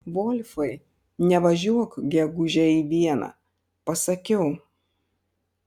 volfai nevažiuok gegužę į vieną pasakiau